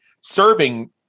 serving